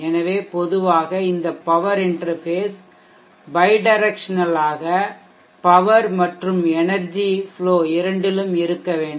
எனவே பொதுவாக இந்த பவர் இன்டெர்ஃபேஷ் பைடைரக்சனலாக பவர் மற்றும் என்ர்ஜி ஃப்லோ இரண்டிலும் இருக்க வேண்டும்